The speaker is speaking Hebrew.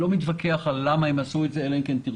אני לא מתווכח למה הם עשו את זה, אלא אם כן תרצו.